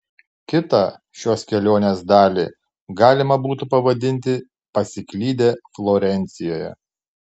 kitą šios kelionės dalį galima būtų pavadinti pasiklydę florencijoje